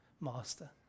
Master